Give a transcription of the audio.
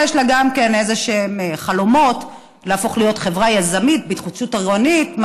יש לה גם כן איזשהם חלומות להפוך להיות חברה יזמית בהתחדשות עירונית,